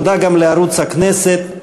תודה גם לערוץ הכנסת,